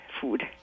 Food